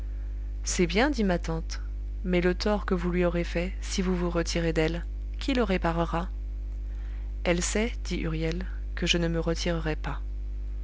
c'est bien dit ma tante mais le tort que vous lui aurez fait si vous vous retirez d'elle qui le réparera elle sait dit huriel que je ne me retirerai pas